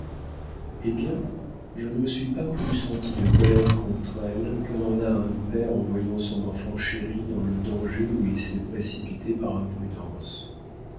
eh bien je ne me suis pas plus senti de colère contre elle que n'en a un père en voyant son enfant chéri dans le danger où il s'est précipité par imprudence